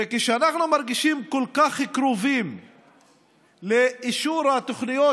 וכשאנחנו מרגישים כל כך קרובים לאישור התוכניות